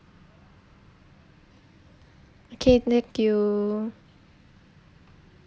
okay thank you